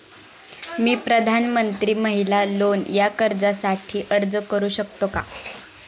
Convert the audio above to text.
मी प्रधानमंत्री महिला लोन या कर्जासाठी अर्ज करू शकतो का?